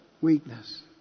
weakness